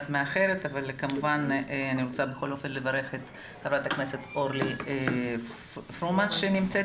אני רוצה לברך את חברת הכנסת פרומן שנמצאת